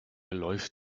läuft